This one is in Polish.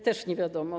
Też nie wiadomo.